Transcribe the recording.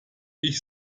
ich